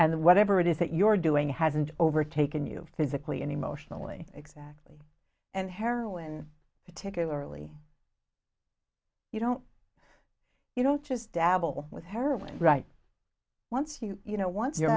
and whatever it is that you're doing hasn't overtaken you physically and emotionally exactly and heroin particularly you don't you don't just dabble with heroin right once you you know once you're